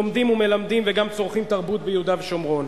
לומדים ומלמדים, וגם צורכים תרבות ביהודה ושומרון.